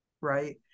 Right